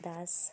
ਦਸ